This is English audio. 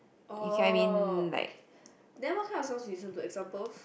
oh okay then what kind of songs you listen to examples